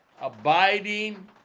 abiding